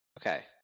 Okay